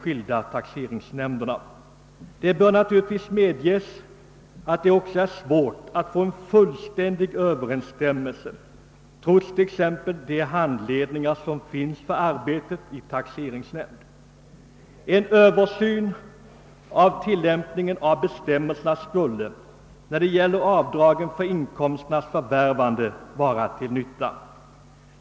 Jag medger att det kan vara svårt att åstadkomma en fullständig överensstämmelse trots de handledningar som finns hos taxeringsnämnderna. En översyn av: tilllämpningen av bestämmelserna om avdrag för inkomsternas förvärvande skulle dock vara nyttig.